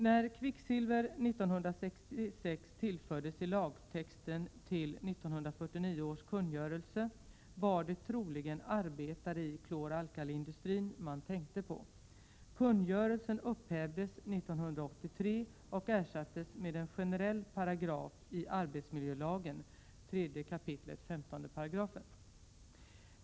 När kvicksilver 1966 tillfördes i lagtexten till 1949 års kungörelse, SFS 1949:211, var det troligen arbetare i klor-alkaliindustrin man tänkte på. Kungörelsen upphävdes 1983 och ersattes med en generell paragraf i arbetsmiljölagen .